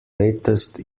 latest